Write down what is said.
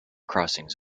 crossings